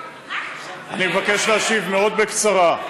אני מבקש להשיב מאוד בקצרה,